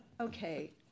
Okay